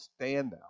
standout